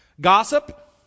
Gossip